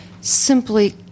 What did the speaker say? Simply